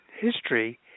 History